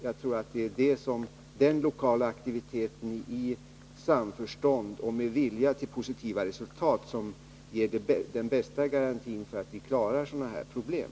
Jag tror att det är den lokala aktiviteten i samförstånd och med vilja till positiva resultat som ger den bästa garantin för att vi klarar sådana här problem.